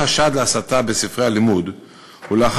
כך נעשה הן בספרים חדשים והן בספרים שמתפרסמים במהדורה